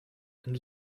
and